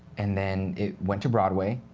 and then it went to broadway.